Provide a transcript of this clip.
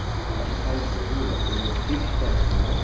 thirty फाइभहरू a fix price हो